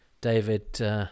David